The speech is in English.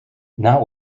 not